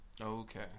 okay